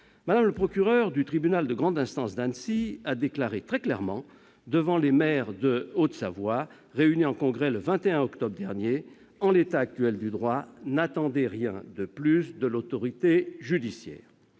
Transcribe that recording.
Mme le procureur du tribunal de grande instance d'Annecy a déclaré très clairement devant les maires de Haute-Savoie réunis en congrès le 21octobre dernier :« En l'état actuel du droit, n'attendez rien de plus de l'autorité judiciaire.